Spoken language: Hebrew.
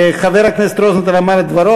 חבר הכנסת רוזנטל אמר את דברו.